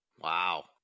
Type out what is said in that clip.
Wow